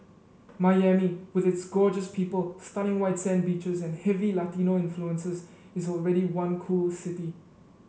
Miami with its gorgeous people stunning white sand beaches and heavy Latino influences is already one cool city